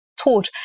taught